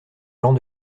genre